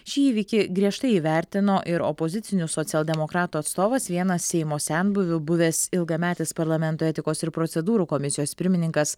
šį įvykį griežtai įvertino ir opozicinių socialdemokratų atstovas vienas seimo senbuvių buvęs ilgametis parlamento etikos ir procedūrų komisijos pirmininkas